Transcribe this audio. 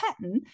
pattern